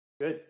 Good